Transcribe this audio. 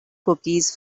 cookies